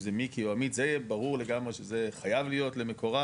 זה מיקי או עמית ברור שזה חייב להיות למקורב,